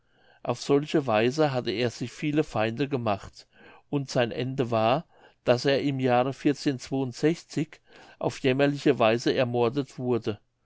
auf solche weise hatte er sich viele feinde gemacht und sein ende war daß er im jahre auf jämmerliche weise ermordet wurde